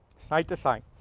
side to side.